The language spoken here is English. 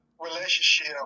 relationship